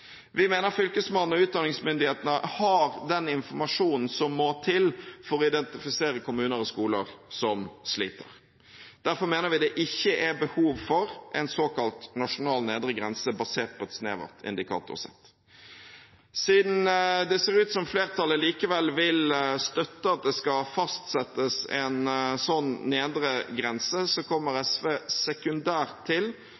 Vi mener Fylkesmannen og utdanningsmyndighetene har den informasjonen som må til for å identifisere kommuner og skoler som sliter. Derfor mener vi det ikke er behov for en såkalt nasjonal nedre grense basert på et snevert indikatorsett. Siden det ser ut som flertallet likevel vil støtte at det skal fastsettes en sånn nedre grense, kommer SV sekundært til